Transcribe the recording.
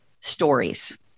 Stories